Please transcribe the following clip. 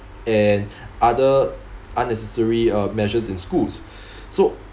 and other unnecessary uh measures in schools so